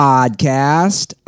Podcast